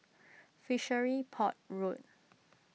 Fishery Port Road